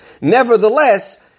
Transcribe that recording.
Nevertheless